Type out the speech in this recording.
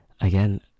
again